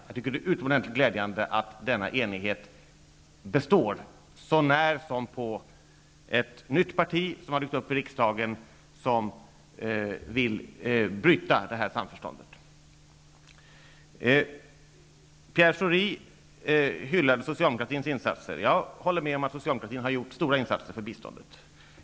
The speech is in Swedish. Jag tycker att det är utomordentligt glädjande att denna enighet består så när som på ett nytt parti, som har dykt upp i riksdagen och som vill bryta detta samförstånd. Pierre Schori hyllade socialdemokratins insatser. Jag håller med om att socialdemokratin har gjort stora insatser för biståndet.